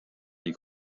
die